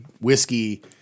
whiskey